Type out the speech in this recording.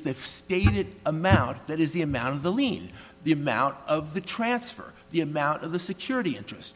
the stated amount that is the amount of the lien the amount of the transfer the amount of the security interest